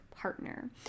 partner